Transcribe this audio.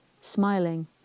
Smiling